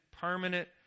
permanent